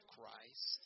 Christ